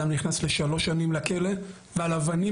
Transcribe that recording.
אדם נכנס לשלוש שנים לכלא ועל אבנים